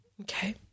Okay